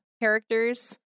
characters